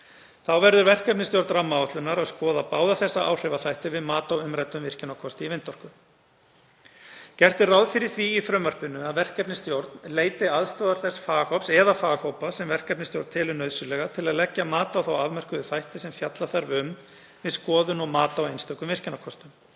Þá verður verkefnisstjórn rammaáætlunar að skoða báða þessa áhrifaþætti við mat á umræddum virkjunarkosti í vindorku. Gert er ráð fyrir því í frumvarpinu að verkefnisstjórn leiti aðstoðar þess faghóps eða faghópa sem verkefnisstjórn telur nauðsynlega til að leggja mat á þá afmörkuðu þætti sem fjalla þarf um við skoðun og mat á einstökum virkjunarkostum.